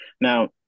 now